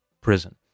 prison